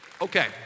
Okay